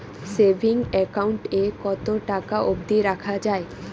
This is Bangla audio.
সেভিংস একাউন্ট এ কতো টাকা অব্দি রাখা যায়?